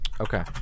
Okay